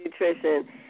nutrition